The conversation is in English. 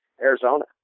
Arizona